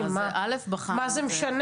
מה זה משנה?